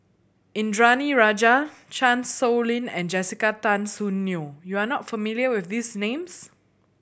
Indranee Rajah Chan Sow Lin and Jessica Tan Soon Neo you are not familiar with these names